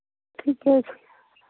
ठीके छै